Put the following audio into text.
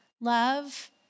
Love